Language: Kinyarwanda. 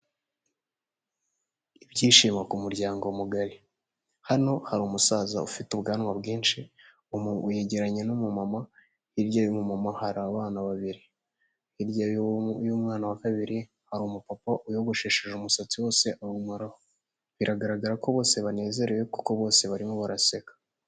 Ibyishimo ku muryango mugari, hano hari umusaza ufite ubwanwa bwinshi wegeranye n'umumama hirya y'umumama hari abana babiri, hirya y'umwana wa kabiri hari umupapa wiyogoshesheje umusatsi wose awumaraho, biragaragara ko bose banezerewe kuko bose barimo baraseka.